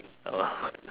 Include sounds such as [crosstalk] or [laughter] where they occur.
oh [laughs]